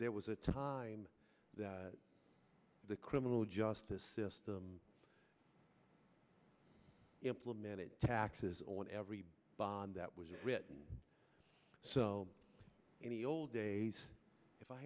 there was a time that the criminal justice system implemented taxes on every bond that was written so any old days if i